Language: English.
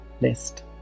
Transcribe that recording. list